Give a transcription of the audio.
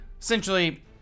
Essentially